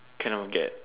kind of get